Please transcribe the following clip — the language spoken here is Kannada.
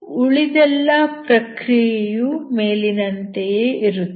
ಉಳಿದೆಲ್ಲ ಪ್ರಕ್ರಿಯೆಯು ಮೇಲಿನಂತೆಯೇ ಇರುತ್ತದೆ